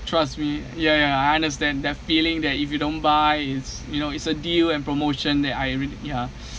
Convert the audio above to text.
trust me ya ya I understand that feeling that if you don't buy is you know it's a deal and promotion that I really ya